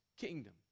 kingdom